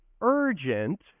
urgent